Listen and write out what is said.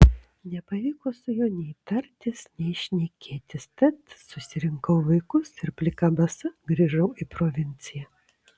nepavyko su juo nei tartis nei šnekėtis tad susirinkau vaikus ir plika basa grįžau į provinciją